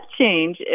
change